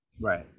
Right